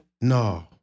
No